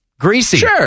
greasy